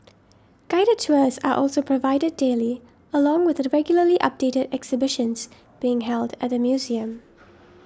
guided tours are also provided daily along with the regularly updated exhibitions being held at the museum